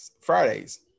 Fridays